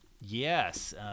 Yes